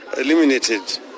eliminated